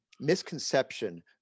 misconception